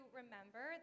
remember